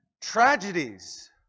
tragedies